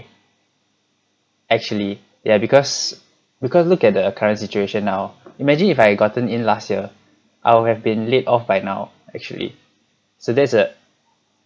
actually yeah because because look at the current situation now imagine if I gotten in last year I'll have been laid off by now actually so there's a